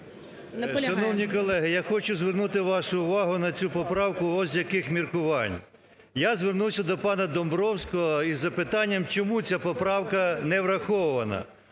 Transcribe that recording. Шановні колеги, я хочу звернути вашу увагу на цю поправку ось з яких міркувань. Я звернувся до пана Домбровського із запитанням, чому ця поправка не врахована.